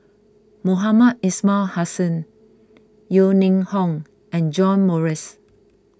Mohamed Ismail Hussain Yeo Ning Hong and John Morrice